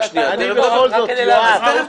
רק כדי להבין.